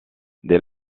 dès